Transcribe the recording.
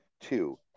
two